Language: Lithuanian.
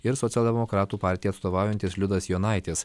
ir socialdemokratų partijai atstovaujantis liudas jonaitis